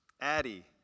Addie